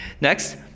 Next